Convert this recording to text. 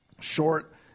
short